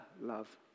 love